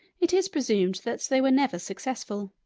it is presumed that they were never successful.